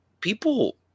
People